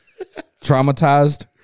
Traumatized